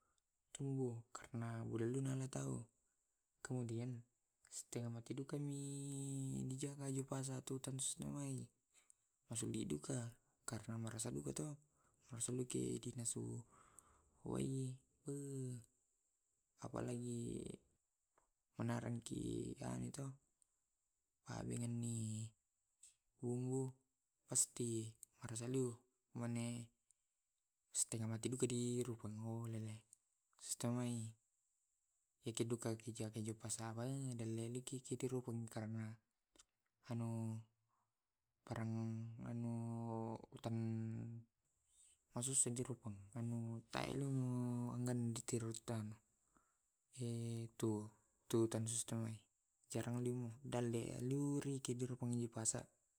Ikilangalaki hutang tapaku masessaki matama malai, matamaki mangala bawapiki bangkung. Naiki baru buka jalan atau sessa riantampaku budak tentang keapangala masessa nasaba ngantuk udang tu di tangkap kaki ridumpang. Baru kaluku masessai duka diala ditekai na tena dissengi matteka. Gua gua po macang sessa juka ditipikangki pong duriang tegadukaki te duriang. Adeh tene dika arena mandeki pangkep untuk manu lalaki juga tambah tale edidukaka pangala. Eloki dalli masuli. iritaungki mangala sessaki tanggadundung beda sai dialli bisa juga diala tapi sessaki buang semangka dibuka diutang tapi setelah kuburan tantu rawa-rawa ekedialli kurika tedi detoi.